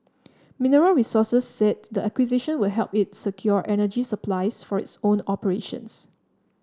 Mineral Resources said the acquisition would help it secure energy supplies for its own operations